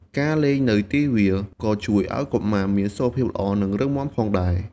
ការលេងនៅទីវាលក៏ជួយឲ្យកុមារមានសុខភាពល្អ និងរឹងមាំផងដែរ។